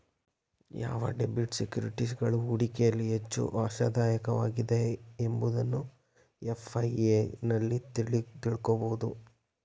ಯಾವ ಡೆಬಿಟ್ ಸೆಕ್ಯೂರಿಟೀಸ್ಗಳು ಹೂಡಿಕೆಯಲ್ಲಿ ಹೆಚ್ಚು ಆಶಾದಾಯಕವಾಗಿದೆ ಎಂಬುದನ್ನು ಎಫ್.ಐ.ಎ ನಲ್ಲಿ ತಿಳಕೋಬೋದು